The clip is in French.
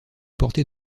porté